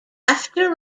after